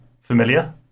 familiar